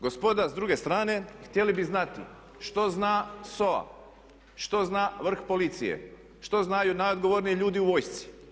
Gospoda s druge strane htjeli bi znati što zna SOA, što zna vrh policije, što znaju najodgovorniji ljudi u vojsci.